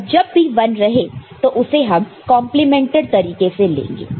और जब भी 1 रहे तो उसे हम कंप्लीमेंटेड तरीके से लेंगे